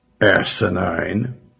asinine